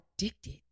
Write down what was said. addicted